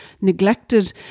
neglected